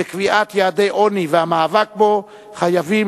וקביעת יעדי עוני והמאבק בו חייבים